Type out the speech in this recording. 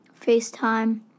FaceTime